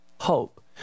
hope